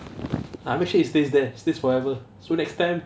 I'll make sure it stays there stays forever so next time